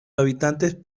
habitantes